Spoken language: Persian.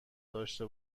داشته